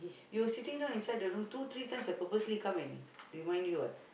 you were sitting down inside the room two three times I purposely come and remind you what